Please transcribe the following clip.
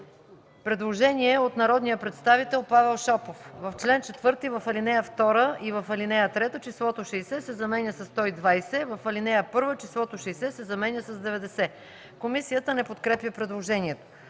Предложение от народния представител Павел Шопов – в чл. 4, в ал. 2 и в ал. 3 числото „60” се заменя със „120”, в ал. 1 числото „60” се заменя с „90”. Комисията не подкрепя предложението.